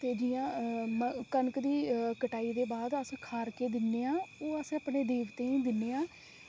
ते जियां कनक दी कटाई दे बाद अस खारके दिन्ने आं ओह् अस अपने देवतें ई दिन्ने आं